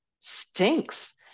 stinks